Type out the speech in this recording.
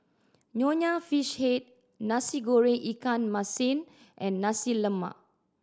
Nonya Fish Head Nasi Goreng ikan masin and Nasi Lemak